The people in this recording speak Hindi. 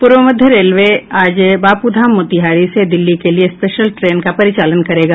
पूर्व मध्य रेलवे आज बापूधाम मोतिहारी से दिल्ली के लिये स्पेशल ट्रेन का परिचालन करेगा